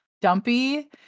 dumpy